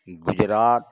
Gujarat